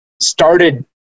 started